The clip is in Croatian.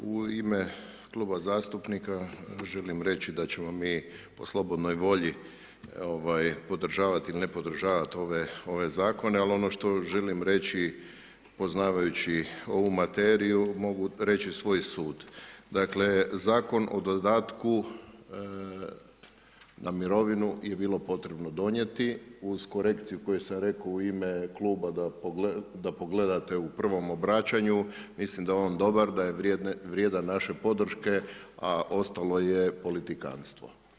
U ime Kluba zastupnika, želim reći da ćemo mi po slobodnoj volji, podržavati ili ne podržavati ove zakone, ali ono što želim reći, poznavajući ovu materiju, mogu reći svoj sud, dakle, zakon o dodatku na mirovinu je bilo potrebno donijeti, uz korekciju koju sam rekao u ime Kluba da pogledate u prvom obraćanju, mislim da je on dobar, da je vrijedan naše podrške, a ostalo je politikantstvo.